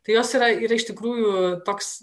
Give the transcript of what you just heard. kai jos yra ir iš tikrųjų toks